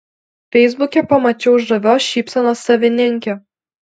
feisbuke pamačiau žavios šypsenos savininkę